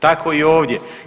Tako i ovdje.